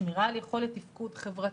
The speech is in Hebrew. שמירה על יכולת תפקוד חברתית,